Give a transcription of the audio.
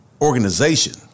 organization